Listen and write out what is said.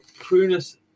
prunus